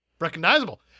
recognizable